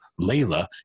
Layla